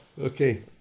Okay